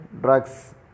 DRUGS